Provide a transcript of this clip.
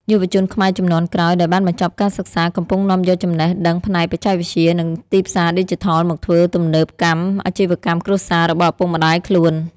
យុវជនខ្មែរជំនាន់ក្រោយដែលបានបញ្ចប់ការសិក្សា កំពុងនាំយកចំណេះដឹងផ្នែកបច្ចេកវិទ្យា និងទីផ្សារឌីជីថលមកធ្វើទំនើបកម្មអាជីវកម្មគ្រួសាររបស់ឪពុកម្ដាយខ្លួន។